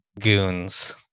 goons